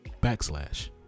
backslash